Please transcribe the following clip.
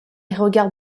regarde